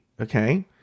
Okay